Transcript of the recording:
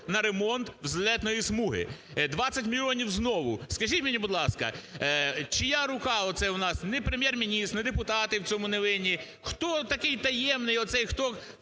на ремонт злітної смуги – 20 мільйонів знову. Скажіть мені, будь ласка, чия рука оце в нас, ні Прем’єр-міністр, ні депутати в цьому не винні, хто такий таємний оцей, хто